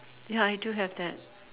ya I do have that